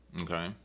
Okay